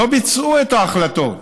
לא ביצעו את ההחלטות.